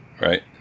right